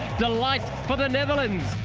delight for the netherlands.